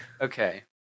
Okay